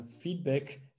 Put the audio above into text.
feedback